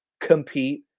compete